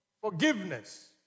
forgiveness